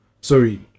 sorry